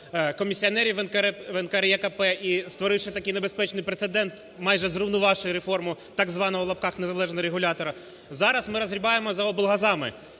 комісіонерів НКРЕКП. І створивши такий небезпечний прецедент, майже зруйнувавши реформу так званого в лапках "незалежного регулятора", зараз ми розгрібаємо за облгазами,